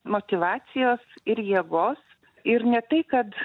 motyvacijos ir jėgos ir ne tai kad